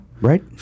Right